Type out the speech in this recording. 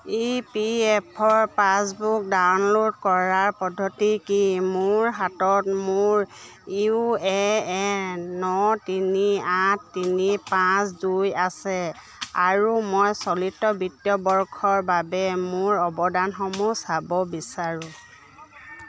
ই P F passbook download কৰাৰ পদ্ধতি কি মোৰ হাতত মোৰ ইউ এ এন ন তিনি আঠ তিনি পাঁচ দুই আছে আৰু মই চলিত বিত্তীয় বৰ্ষৰ বাবে মোৰ অৱদানসমূহ চাব বিচাৰোঁ